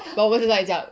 but 我不是在这样